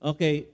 Okay